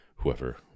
whoever